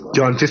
John